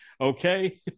Okay